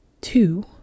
two